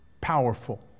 powerful